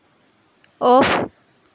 off